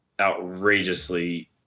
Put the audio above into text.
outrageously